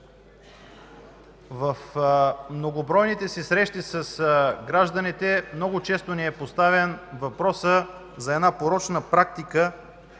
В многобройните си срещи с гражданите много често ни е поставян въпроса за една порочна практика